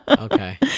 okay